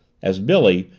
as billy,